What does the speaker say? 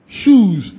shoes